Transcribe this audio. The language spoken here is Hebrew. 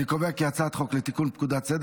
אני קובע כי הצעת חוק לתיקון פקודת סדר